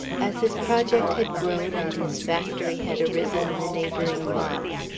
as his project had grown and his factory had arisen in the neighbouring lots,